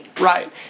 right